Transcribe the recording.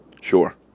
Sure